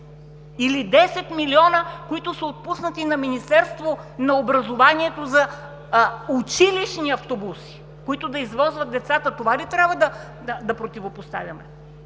Или 10 милиона, които са отпуснати на Министерството на образованието за училищни автобуси, които да извозват децата, това ли трябва да противопоставяме?